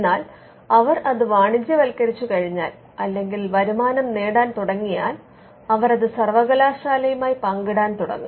എന്നാൽ അവർ അത് വാണിജ്യവത്ക്കരിച്ചുകഴിഞ്ഞാൽ അല്ലെങ്കിൽ വരുമാനം നേടാൻ തുടങ്ങിയാൽ അവർ അത് സർവകലാശാലയുമായി പങ്കിടാൻ തുടങ്ങും